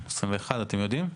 אתם יודעים?